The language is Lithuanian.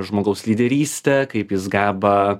žmogaus lyderystė kaip jis geba